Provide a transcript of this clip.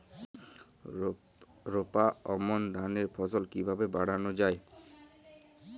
রোপা আমন ধানের ফলন কিভাবে বাড়ানো যায়?